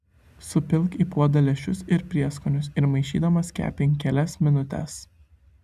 supilk į puodą lęšius ir prieskonius ir maišydamas kepink kelias minutes